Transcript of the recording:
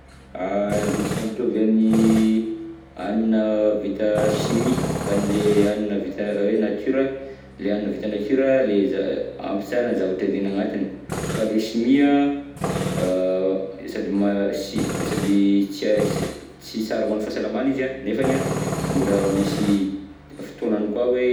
Ny sy mampitovy an'ny hanina vita chimie, ka anle hanina vita le hoe nature, le hanina vita nature le za- ampy sara ny zavatra ilaigna agnatiny, fa le chimie an sady ma-si- sady ma- sy sara ho an'ny fahasalamana izy nefany an mbola misy fotoagnany koa hoe,